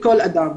לכל אדם.